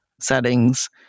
settings